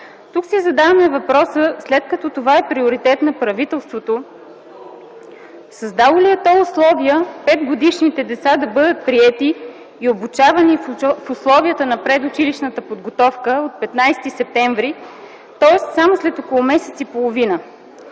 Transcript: Тук си задаваме въпроса: след като това е приоритет на правителството, създало ли е то условия 5-годишните деца да бъдат приети и обучавани в условията на предучилищната подготовка от 15 септември, тоест само след около месец и половина?